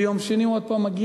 ביום שני הוא שוב מגיע,